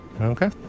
Okay